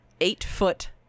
eight-foot